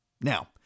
Now